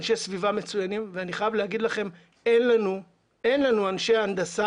אנשי סביבה מצוינים ואני חייב לומר לכם שאין לנו אנשי הנדסה